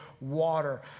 water